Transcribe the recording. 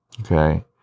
okay